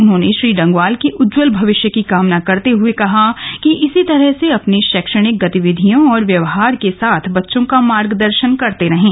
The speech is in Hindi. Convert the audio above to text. उन्होंने श्री डंगवाल के उज्ज्वल भविष्य की कामना करते हुए कहा कि इसी तरह से अपनी शैक्षणिक गतिविधियों और व्यवहार के साथ बच्चों का मार्गदर्शन करते रहें